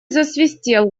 засвистел